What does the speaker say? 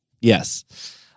Yes